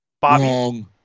Bobby